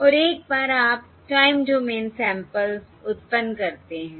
और एक बार आप टाइम डोमेन सैंपल्स उत्पन्न करते हैं